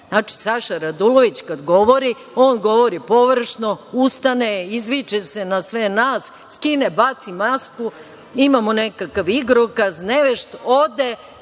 Saša Radulović kad govori on govori površno, ustane, izviče se na sve nas, skine, baci masku, imamo nekakav igrokaz nevešt, ode